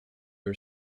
are